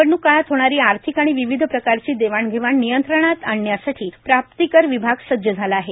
निवडणूक काळात होणारी आर्थिक आणि विविध प्रकारची देवाणघेवाण नियंत्रणात आणण्यासाठी प्राप्तिकर विभाग सज्ज झाला आहे